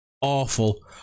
awful